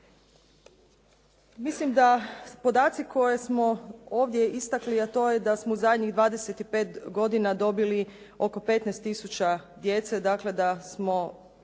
Mislim da podaci koje smo ovdje istakli a to je da smo u zadnjih 25 godina dobili oko 15 tisuća djece, dakle da smo